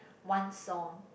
one song